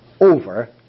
over